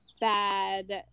bad